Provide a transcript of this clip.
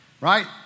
right